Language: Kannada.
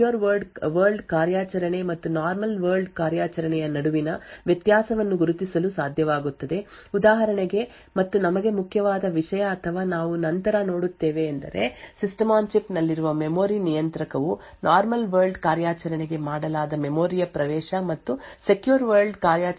ಆದ್ದರಿಂದ ಇತರ ಘಟಕಗಳು ಸೆಕ್ಯೂರ್ ವರ್ಲ್ಡ್ ಕಾರ್ಯಾಚರಣೆ ಮತ್ತು ನಾರ್ಮಲ್ ವರ್ಲ್ಡ್ ಕಾರ್ಯಾಚರಣೆಯ ನಡುವಿನ ವ್ಯತ್ಯಾಸವನ್ನು ಗುರುತಿಸಲು ಸಾಧ್ಯವಾಗುತ್ತದೆ ಉದಾಹರಣೆಗೆ ಮತ್ತು ನಮಗೆ ಮುಖ್ಯವಾದ ವಿಷಯ ಅಥವಾ ನಾವು ನಂತರ ನೋಡುತ್ತೇವೆ ಎಂದರೆ ಸಿಸ್ಟಮ್ ಆನ್ ಚಿಪ್ ನಲ್ಲಿರುವ ಮೆಮೊರಿ ನಿಯಂತ್ರಕವು ನಾರ್ಮಲ್ ವರ್ಲ್ಡ್ ಕಾರ್ಯಾಚರಣೆಗೆ ಮಾಡಲಾದ ಮೆಮೊರಿಯ ಪ್ರವೇಶ ಮತ್ತು ಸೆಕ್ಯೂರ್ ವರ್ಲ್ಡ್ ಕಾರ್ಯಾಚರಣೆಗೆ ಮಾಡಿದ ಮೆಮೊರಿ ಪ್ರವೇಶದ ನಡುವೆ ವ್ಯತ್ಯಾಸವನ್ನು ಗುರುತಿಸಲು ಸಾಧ್ಯವಾಗುತ್ತದೆ